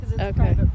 Okay